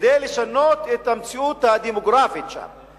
כדי לשנות את המציאות הדמוגרפית שם.